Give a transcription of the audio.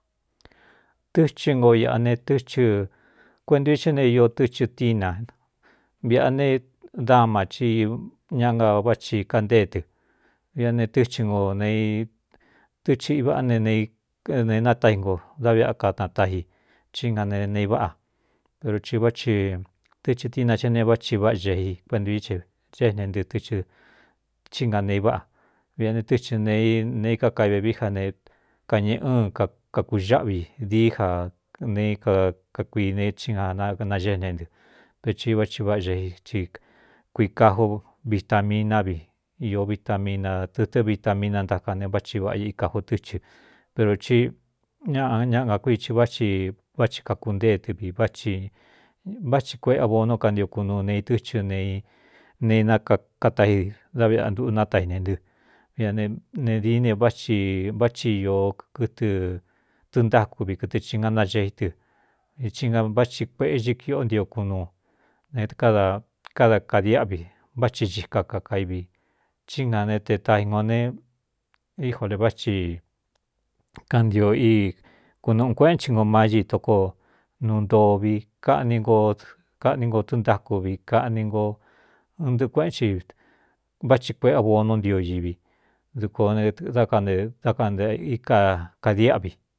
Tɨchɨ nko iꞌa ne tɨchɨ kueꞌentu i ché ne io tɨchɨ tína viꞌa ne dama cí ña na váꞌthi kantée tɨ viꞌ a ne tɨchɨ nko ne i tɨ́ chɨ iváꞌá ne ne natáji nko da viꞌꞌa kanatáji chí nga nee ne i váꞌa pero i vátɨchɨ tína che ne váꞌci váꞌa xei kuenta i e xéꞌne ntɨ tɨxhɨ chí nga nee i váꞌa viꞌa ne tɨ́thɨ neei neikákai vevií ja ne kañēꞌe ɨn kakuxáꞌvi dií ja ne kakakuine í a naxéꞌne ntɨ ve ci vá chi váꞌa xei ti kuii kaj u vita miná vi īó vita mina tɨtɨ́ vita mínantákan ne váꞌchi váꞌa ikāju tɨ́chɨ pero í ña ña ngakuici váti váthi kakuntée tɨ vi vá váthi kueꞌe bonú kantio kunuu ne itɨchɨ ne ne inakataji dá viꞌꞌantuꞌu nátaine ntɨ via ne dií ne váꞌchi váchi o kɨtɨ tɨɨntáku vi kɨtɨ i nga naxe í tɨ i í na váti kuēꞌe xi kiꞌo ntio kunuu ne káda kada kadiáꞌvi vá thi xika kakai vi í nga né te tai ngo ne ijua le váci kantio i kunuꞌū kuéꞌen chi ngo má ñitoko nuu ntoo vi kaꞌni nko kaꞌní nko tɨntáku vi kaꞌni nko ɨn ntɨꞌɨ kuéꞌen chi váthi kueꞌe bonu ntio ivi dukuā ne dá kane dá kanteꞌ i ka kadiáꞌvi.